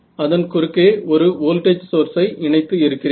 அதன் குறுக்கே ஒரு வோல்டேஜ் சோர்ஸை இணைத்து இருக்கிறேன்